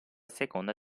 seconda